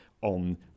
on